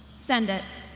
send it.